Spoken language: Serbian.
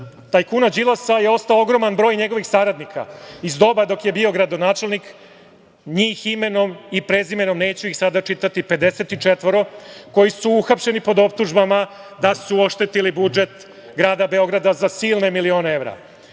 tajkuna Đilasa je ostao ogroman broj njegovih saradnika iz doba dok je bio gradonačelnik. Njih imenom i prezimenom neću ih sada čitati, 54, koji su uhapšeni pod optužbama da su oštetili budžet grada Beograda za silne milione evra.